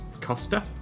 Costa